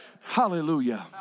hallelujah